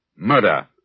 Murder